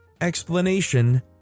Explanation